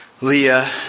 Leah